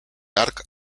hark